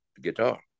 guitar